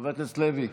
חבר הכנסת לוי?